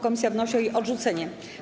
Komisja wnosi o jej odrzucenie.